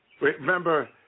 Remember